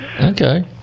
okay